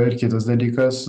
ir kitas dalykas